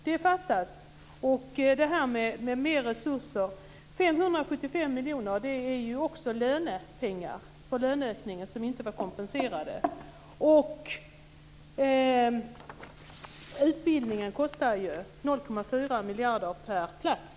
Det talas om mer resurser. 575 miljoner kronor är också lönepengar, för löneökningar som inte var kompenserade. Utbildningen kostar ju 0,4 miljarder per plats.